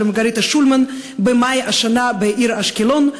מרגריטה שולמן במאי השנה בעיר אשקלון,